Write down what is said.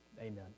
Amen